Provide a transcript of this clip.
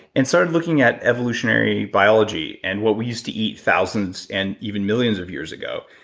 and started looking at evolutionary biology and what we used to eat thousands and even millions of years ago.